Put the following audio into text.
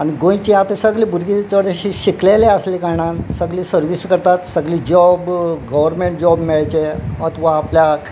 आनी गोंयची आतां सगले भुरगीं चडशी शिकलेले आसले कारणान सगळी सर्वीस करतात सगली जॉब गव्हरमेंट जॉब मेळचे अथवा आपल्याक